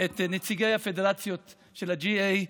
את נציגי הפדרציות של ה-GA.